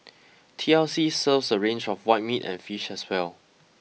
T L C serves a range of white meat and fish as well